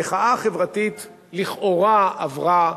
המחאה החברתית לכאורה עברה,